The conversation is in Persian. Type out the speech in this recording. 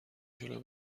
جلو